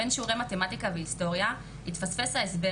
בין שיעורי מתמטיקה והיסטוריה התפספס ההסבר